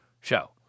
show